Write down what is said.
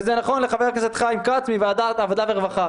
וזה נכון לחבר הכנסת חיים כץ מוועדת העבודה והרווחה.